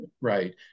right